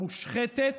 המושחתת,